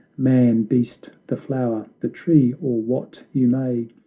man, beast, the flower, the tree, or what you may,